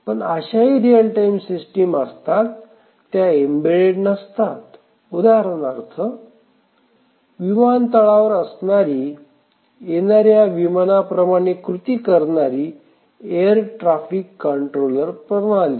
पण अशाही real time system असतात त्या एम्बेडेड नसतात उदाहरणार्थ विमानतळावर असणारी येणाऱ्या विमाना प्रमाणे कृती करणारी एअर ट्रॅफिक कंट्रोलर प्रणाली